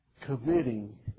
committing